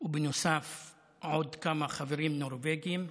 ובנוסף עוד כמה חברים נורבגים,